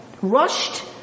rushed